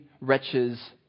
wretches